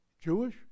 Jewish